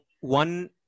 one